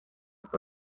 fue